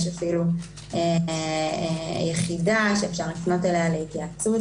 יש אפילו יחידה שאפשר לפנות אליה להתייעצות